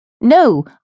No